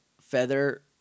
feather